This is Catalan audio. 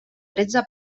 tretze